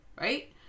right